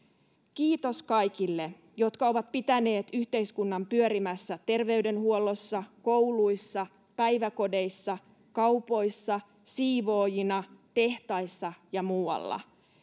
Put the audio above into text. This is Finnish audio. kiitos kaikille jotka ovat pitäneet yhteiskunnan pyörimässä terveydenhuollossa kouluissa päiväkodeissa kaupoissa siivoojina tehtaissa ja muualla